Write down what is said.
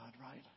right